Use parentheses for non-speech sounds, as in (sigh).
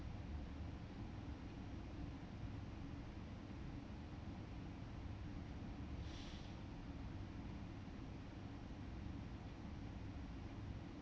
(breath)